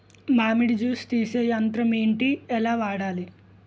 మామిడి జూస్ తీసే యంత్రం ఏంటి? ఎలా వాడాలి?